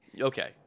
Okay